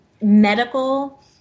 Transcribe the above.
medical